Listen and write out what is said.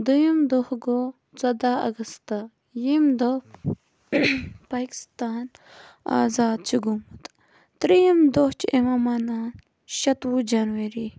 دیٚیِم دۄہ گوٚو ژۄداہ اَگَستہٕ ییٚمہِ دۄہ پاکِستان آزاد چھُ گوٚمُت تریٚیِم دۄہ چھُ یِوان مَناونہٕ شَتوُہ جَنوری